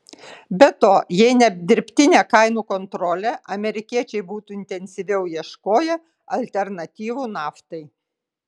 be to jei ne dirbtinė kainų kontrolė amerikiečiai būtų intensyviau ieškoję alternatyvų naftai